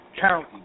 county